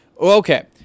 Okay